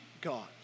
God